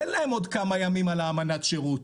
תן להם עוד כמה ימים על האמנת שירות,